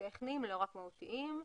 טכניים ולא רק מהותיים.